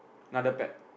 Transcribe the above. another pet